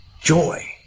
Joy